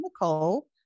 Nicole